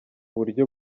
buryo